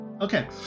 Okay